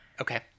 Okay